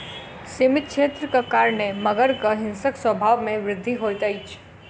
सीमित क्षेत्रक कारणेँ मगरक हिंसक स्वभाव में वृद्धि होइत अछि